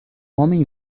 homem